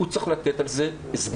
הוא צריך לתת על זה הסבר.